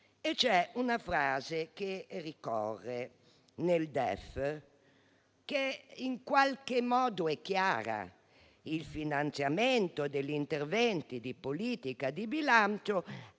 C'è una frase che ricorre nel DEF e che in qualche modo è chiara: il finanziamento degli interventi di politica di bilancio